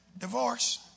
Divorce